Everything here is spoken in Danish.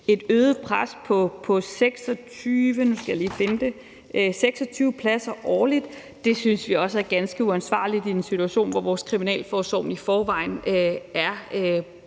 en øget pres på 26 pladser årligt. Det synes vi også er ganske uansvarligt i en situation, hvor vores kriminalforsorg i forvejen er på